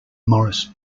maurice